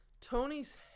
Tony's